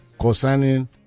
concerning